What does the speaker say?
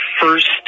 first